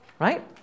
Right